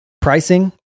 pricing